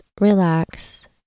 relax